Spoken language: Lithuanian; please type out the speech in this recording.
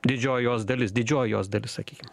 didžioji jos dalis didžioji jos dalis sakykim